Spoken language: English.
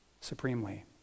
supremely